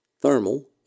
thermal